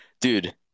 Dude